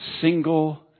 single